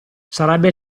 sarebbe